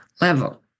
level